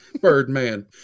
Birdman